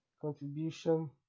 contribution